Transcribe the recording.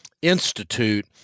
Institute